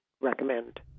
recommend